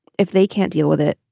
if they can't deal with it.